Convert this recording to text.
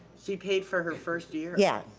she paid for her first year. yeah,